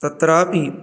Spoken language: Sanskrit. तत्रापि